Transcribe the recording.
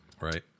Right